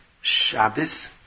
Shabbos